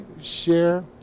share